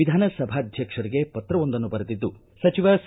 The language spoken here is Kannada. ವಿಧಾನಸಭಾಧ್ಯಕ್ಷರಿಗೆ ಪತ್ರವೊಂದನ್ನು ಬರೆದಿದ್ದು ಸಚಿವ ಸಾ